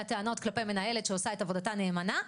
טענות כלפי מנהלת שעושה עבודתה נאמנה,